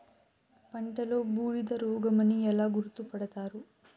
పంటలో బూడిద రోగమని ఎలా గుర్తుపడతారు?